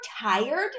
tired